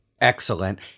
excellent